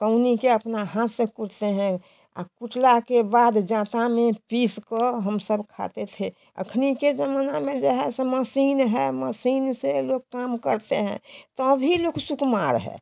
कउनी के अपना हाथ से कूटते हैं अ कुटला के बाद जाँता में पीस कर हम सब खाते थे अखनी के ज़माना में जो है सब मसीन है मसीन से लोग काम करते हैं तभी लोग सुकुमार है